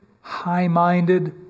high-minded